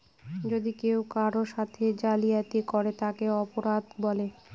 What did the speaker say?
যদি কেউ কারোর সাথে জালিয়াতি করে তাকে অপরাধ বলে